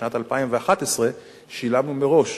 לשנת 2011 שילמנו מראש.